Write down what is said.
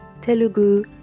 Telugu